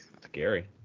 Scary